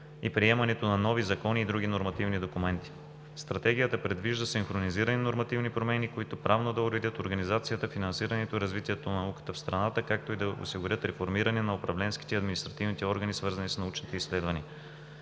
и приемането на нови закони и други нормативни документи. Стратегията предвижда синхронизирани нормативни промени, които правно да уредят организацията, финансирането и развитието на науката в страната, както и да осигурят реформиране на управленските и административните органи, свързани с научните изследвания.